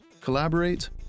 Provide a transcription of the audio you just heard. Collaborate